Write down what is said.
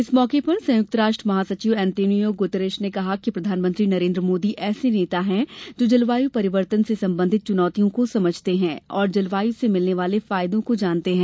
इस मौके पर संयुक्त राष्ट्र महासचिव अंतोनियो गुतरश ने कहा कि प्रधानमंत्री नरेन्द्र मोदी ऐसे नेता हैं जो जलवायु परिवर्तन से संबंधित चुनौतियों को समझते हैं और जलवायु से मिलने वाले फायदों को जानते हैं